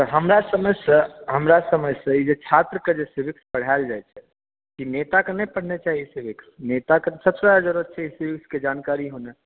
तऽ हमरा समझसे ई छात्रके जे सिविक्स पढ़ायल जाइ छै की नेताक नहि पढ़नाइ चाही सिविक्स नेताक तऽ सभसे ज़्यादा ज़रूरी छै सिविक्सके जानकारी होनाइ